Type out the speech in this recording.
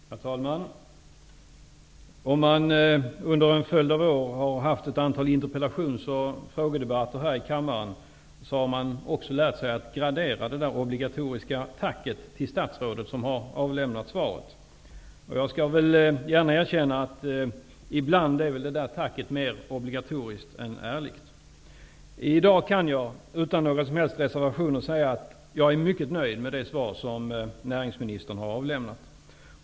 Herr talman! Om man under en följd av år har haft ett antal interpellations och frågedebatter här i kammaren, har man också lärt sig att gradera det obligatoriska tacket till statsrådet som har avlämnat svaret. Jag skall gärna erkänna att tacket ibland är mer obligatoriskt än ärligt. I dag kan jag utan några som helst reservationer säga att jag är mycket nöjd med det svar som näringsministern har avlämnat.